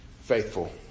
faithful